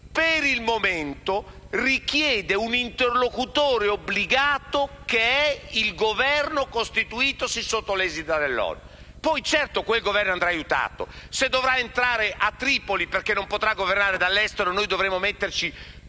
per il momento richieda un interlocutore obbligato, che è il Governo costituitosi sotto l'egida dell'ONU. Poi, certo, quel Governo andrà aiutato. Se dovrà entrare a Tripoli, perché non potrà governare dall'estero, noi dovremo impiegare